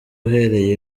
uhereye